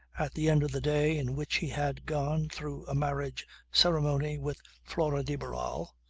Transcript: at the end of the day in which he had gone through a marriage ceremony with flora de barral,